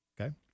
Okay